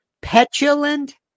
Petulant